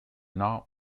not